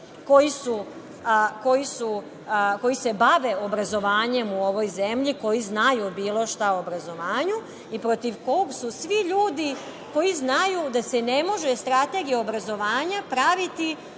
koji se bave obrazovanjem u ovoj zemlji, koji znaju bilo šta o obrazovanju i protiv kog su svi ljudi koji znaju da se ne može strategija obrazovanja praviti